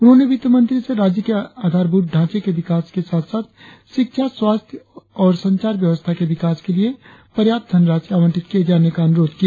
उन्होंने वित्तमंत्री से राज्य के आधारभूत ढांचे के विकास के साथ साथ शिक्षा स्वास्थ्य और संचार व्यवस्था के विकास के लिए पर्याप्त धन राशि आवंटित किए जाने का अनुरोध किया